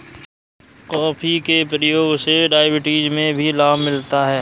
coffee के प्रयोग से डायबिटीज में भी लाभ मिलता है